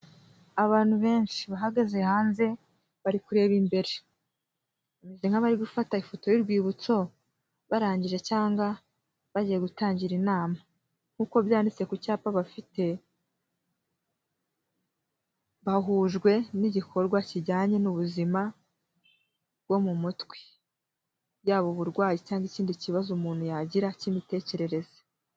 Abantu benshi bahagaze hanze, bari kureba imbere. Bameze nk'abari gufata ifoto y'urwibutso, barangije cyangwa bagiye gutangira inama. Nkuko byanditse ku cyapa bafite, bahujwe n'igikorwa kijyanye n'ubuzima bwo mu mutwe. Yaba uburwayi cyangwa ikindi kibazo umuntu yagira cy'imitekerereze.